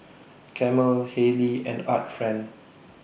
Camel Haylee and Art Friend